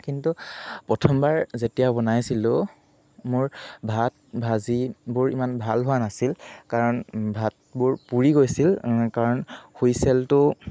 কিন্তু প্ৰথমবাৰ যেতিয়া বনাইছিলো মোৰ ভাত ভাজিবোৰ ইমান ভাল হোৱা নাছিল কাৰণ ভাতবোৰ পুৰি গৈছিল কাৰণ হুইছেলটো